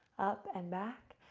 up, and back.